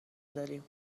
داریم